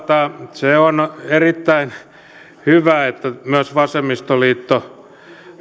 se on erittäin hyvä että myös vasemmistoliitto